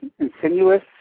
insinuous